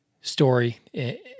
story